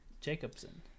Jacobson